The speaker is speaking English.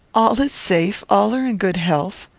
all is safe all are in good health.